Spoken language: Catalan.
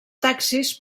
taxis